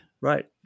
Right